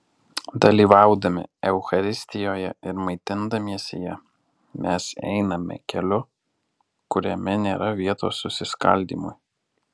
dalyvaudami eucharistijoje ir maitindamiesi ja mes einame keliu kuriame nėra vietos susiskaldymui